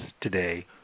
today